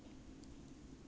err yeah